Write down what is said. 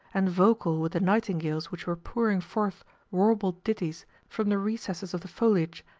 and vocal with the nightingales which were pouring forth warbled ditties from the recesses of the foliage,